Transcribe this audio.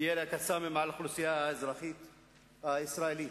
ירי ה"קסאמים" על אוכלוסייה אזרחית ישראלית,